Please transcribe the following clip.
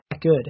good